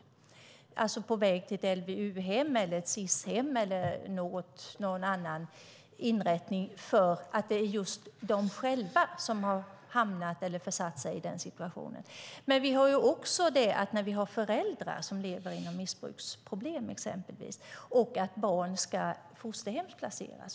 De kan vara på väg till ett LVU-hem, ett SIS-hem eller någon annan inrättning för att det är just de själva som har hamnat eller försatt sig i den situationen. Men vi har också föräldrar som lever inom exempelvis missbruksproblem och att barn ska fosterhemsplaceras.